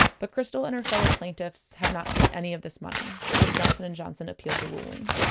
but krystal and her fellow plaintiffs have not seen any of this money because johnson and johnson appealed the ruling.